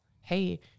hey